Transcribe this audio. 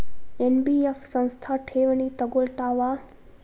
NBF ಸಂಸ್ಥಾ ಠೇವಣಿ ತಗೋಳ್ತಾವಾ?